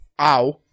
ow